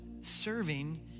serving